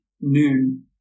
noon